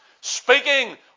speaking